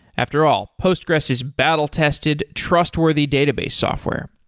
after all, postgres is battle tested, trustworthy database software,